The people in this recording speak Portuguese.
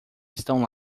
estão